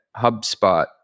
HubSpot